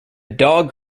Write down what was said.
dog